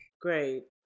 Great